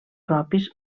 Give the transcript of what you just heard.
propis